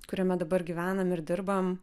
kuriame dabar gyvenam ir dirbam